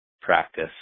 practice